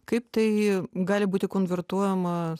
kaip tai gali būti konvertuojama